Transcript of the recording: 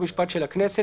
חוק ומשפט של הכנסת,